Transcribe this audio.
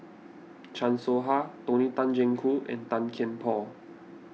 Chan Soh Ha Tony Tan Keng Joo and Tan Kian Por